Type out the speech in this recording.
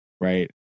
Right